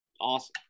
Awesome